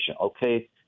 okay—